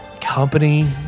company